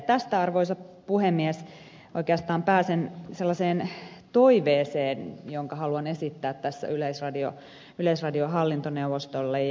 tästä arvoisa puhemies oikeastaan pääsen sellaiseen toiveeseen jonka haluan esittää tässä yleisradion hallintoneuvostolle